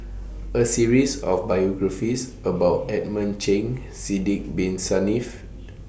A series of biographies about Edmund Cheng Sidek Bin Saniff